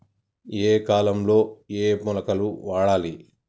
ఏయే కాలంలో ఏయే మొలకలు వాడాలి?